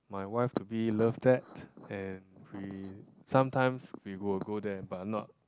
my wife to be love that and we sometimes we will go there but not